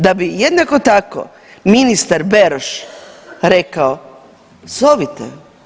Da bi jednako tako, ministar Beroš rekao, zovite.